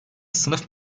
sınıf